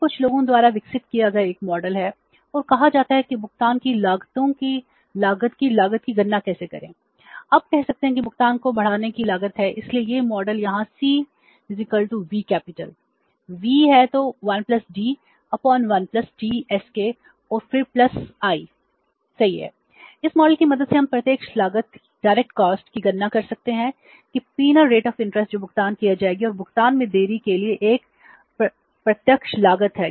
तो यह कुछ लोगों द्वारा विकसित किया गया एक मॉडल जो भुगतान की जाएगी और भुगतान में देरी के लिए एक प्रत्यक्ष लागत है